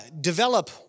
develop